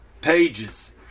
pages